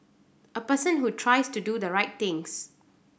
a person who tries to do the right things